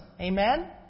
Amen